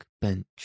bench